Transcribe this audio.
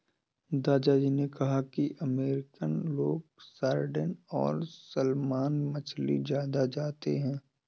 दादा जी ने कहा कि अमेरिकन लोग सार्डिन और सालमन मछली ज्यादा खाते हैं